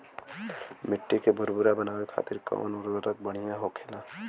मिट्टी के भूरभूरा बनावे खातिर कवन उर्वरक भड़िया होखेला?